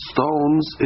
Stones